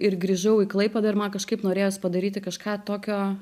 ir grįžau į klaipėdą ir man kažkaip norėjosi padaryti kažką tokio